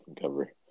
cover